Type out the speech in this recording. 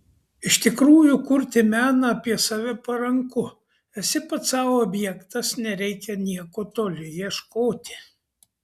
iš tikrųjų kurti meną apie save paranku esi pats sau objektas nereikia nieko toli ieškoti